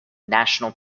national